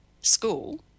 school